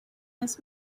this